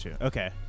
okay